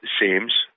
seems